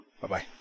bye-bye